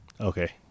okay